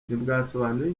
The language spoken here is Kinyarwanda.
ntibwasobanuye